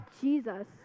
Jesus